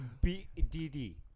B-D-D